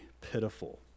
pitiful